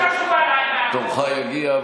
תורך יגיע,